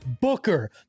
Booker